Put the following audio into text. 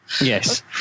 Yes